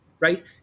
right